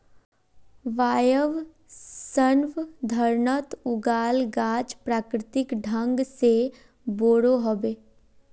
वायवसंवर्धनत उगाल गाछ प्राकृतिक ढंग से बोरो ह बे